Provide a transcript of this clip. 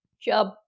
Job